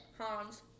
Hans